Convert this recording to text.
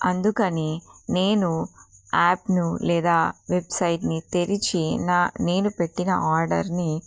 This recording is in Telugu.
అందుకని నేను యాప్ను లేదా వెబ్సైట్ని తెరిచి న నేను పెట్టిన ఆర్డర్ని